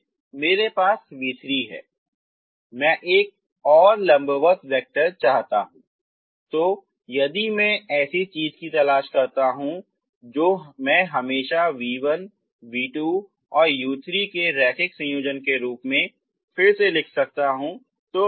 इसलिए मेरे पास v3 है मैं एक और लंबबत वेक्टर चाहता हूँ इसलिए यदि मैं ऐसी चीज की तलाश करता हूं तो मैं हमेशा v1 v2 और u3 के रैखिक संयोजन के रूप में फिर से लिख सकता हूं